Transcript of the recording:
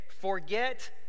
Forget